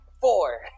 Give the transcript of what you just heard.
Four